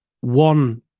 One